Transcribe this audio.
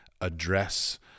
address